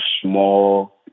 small